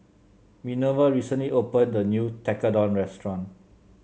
Minerva recently opened a new Tekkadon restaurant